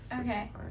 Okay